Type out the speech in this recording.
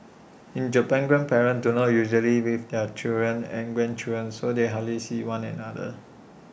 in Japan grandparents do not usually live with their children and grandchildren so they hardly see one another